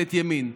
בממשלת ימין.